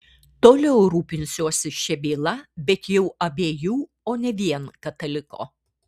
toliau rūpinsiuosi šia byla bet jau abiejų o ne vien kataliko